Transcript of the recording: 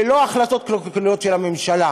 ולא החלטות קלוקלות של הממשלה,